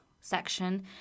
section